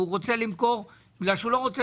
הוא רוצה למכור בגלל שהוא לא רוצה